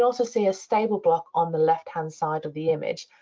also see a stable block on the left-hand side of the image.